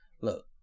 Look